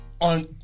on